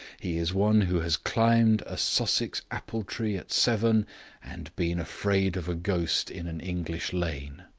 he is one who has climbed a sussex apple-tree at seven and been afraid of a ghost in an english lane.